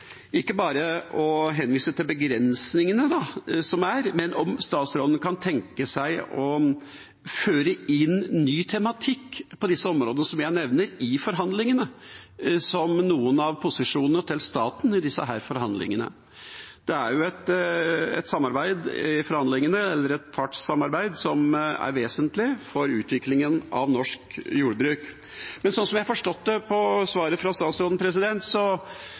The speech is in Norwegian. ikke bare å henvise til begrensningene, men å innføre ny tematikk i forhandlingene – på disse områdene som jeg nevner – som noen av posisjonene til staten i disse forhandlingene. Det er jo et partssamarbeid i forhandlingene som er vesentlig for utviklingen av norsk jordbruk. Sånn som jeg har forstått svaret fra statsråden,